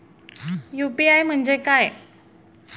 UPI म्हणजे काय?